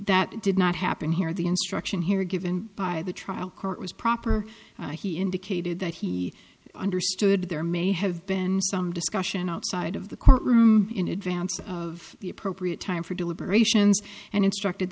it did not happen here the instruction here given by the trial court was proper he indicated that he understood there may have been some discussion outside of the courtroom in advance of the appropriate time for deliberations and instructed